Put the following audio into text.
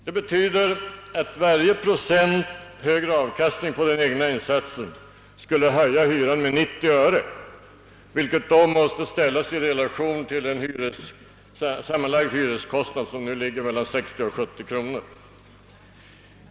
Det betyder att varje procent högre avkastning på den egna insatsen skulle höja hyran med 90 öre, vilket då måste ställas i relation till en sammanlagd hyreskostnad, som nu ligger mellan 60 och 70 kronor.